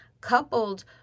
coupled